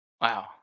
Wow